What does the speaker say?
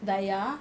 dayah